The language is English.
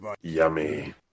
Yummy